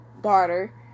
daughter